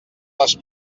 les